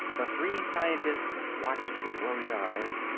the three scientists watched with worried eyes.